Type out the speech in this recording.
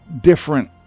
different